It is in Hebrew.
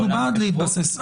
אנחנו בעד להתבסס.